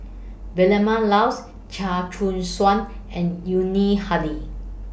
Vilma Laus Chia Choo Suan and Yuni Hadi